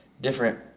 different